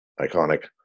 iconic